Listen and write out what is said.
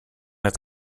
ett